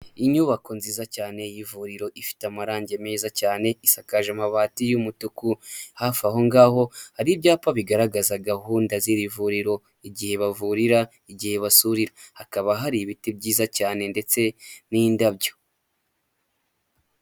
Inyubako nziza cyane y'ivuriro ifite amarangi meza cyane isakaje amabati y'umutuku, hafi aho ngaho hari ibyapa bigaragaza gahunda z'iri vuriro, igihe bavurira, igihe basurira, hakaba hari ibiti byiza cyane ndetse n'indabyo.